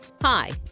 hi